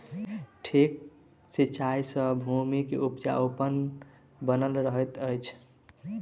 ठीक सिचाई सॅ भूमि के उपजाऊपन बनल रहैत अछि